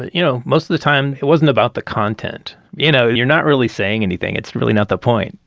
you know most of the time it wasn't about the content. you know and you're not really saying anything. it's really not the point.